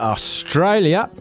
Australia